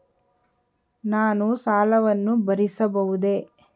ನಾನು ಸಾಲವನ್ನು ಭರಿಸಬಹುದೇ?